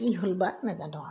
কি হ'ল বা নাজানো আৰু